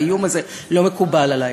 האיום הזה לא מקובל עלי.